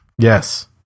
Yes